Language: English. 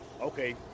okay